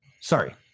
Sorry